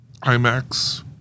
IMAX